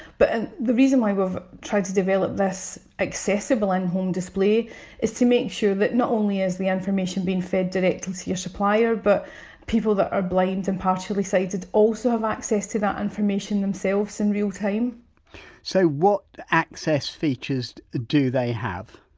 but the reason why we've tried to develop this accessible in-home display is to make sure that not only is the information being fed directly to to your supplier but people that are blind and partially sighted also have access to that information themselves in real time so, what access features do they have?